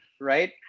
right